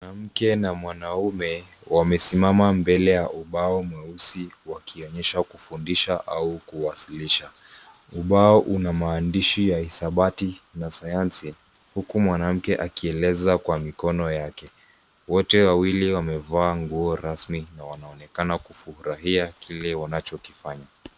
Mwanamke na mwanaume wamesimama mbele ya ubao mweusi wakionyesha kufundisha au kuwasilisha. Ubao una maandishi ya hisabati na sayansi, huku mwanamke akieleza kwa mikono yake. Wote wawili wamevaa nguo rasmi na wanaonekana kufurahia kile wanacho kifanya.